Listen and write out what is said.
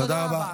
תודה רבה.